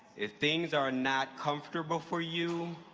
if things are not comfortable for you,